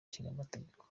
ishingamategeko